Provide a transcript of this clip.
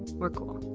we're cool.